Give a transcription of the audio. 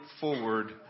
forward